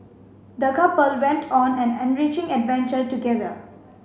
the couple went on an enriching adventure together